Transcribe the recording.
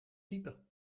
type